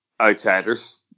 outsiders